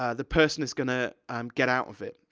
ah the person is gonna um get out of it.